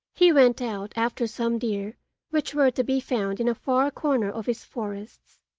he went out after some deer which were to be found in a far corner of his forests.